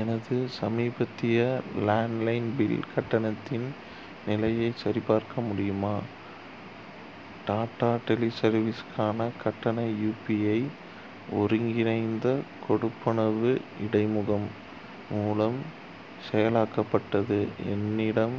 எனது சமீபத்திய landline bill கட்டணத்தின் நிலையை சரிபார்க்க முடியுமா டாடா டெலி சர்வீஸுக்கான கட்டண யுபிஐ ஒருங்கிணைந்த கொடுப்பணவு இடைமுகம் மூலம் செயலாக்கப்பட்டது என்னிடம்